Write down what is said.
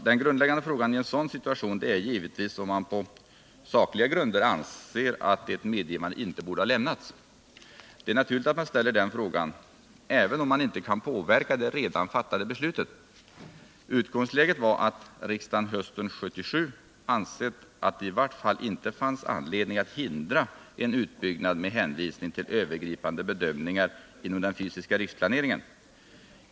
Den grundläggande frågan i en sådan situation är givetvis om man på sakliga grunder anser att ett medgivande inte borde ha lämnats. Det är naturligt att man ställer den frågan, även om man inte kan påverka det redan fattade beslutet. Utgångsläget var att riksdagen hösten 1977 ansett att det i vart fall inte fanns anledning att hindra en utbyggnad med hänvisning till övergripande bedömningar inom den fysiska riksplaneringen.